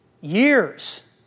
years